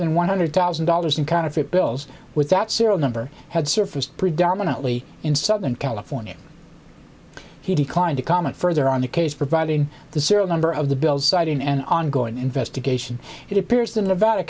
than one hundred thousand dollars in kind of bills with that serial number had surfaced predominantly in southern california he declined to comment further on the case providing the serial number of the bills citing an ongoing investigation it appears the nevada